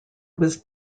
was